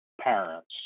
parents